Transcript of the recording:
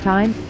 Time